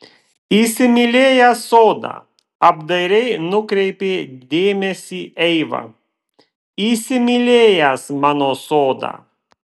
įsimylėjęs sodą apdairiai nukreipė dėmesį eiva įsimylėjęs mano sodą